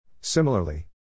Similarly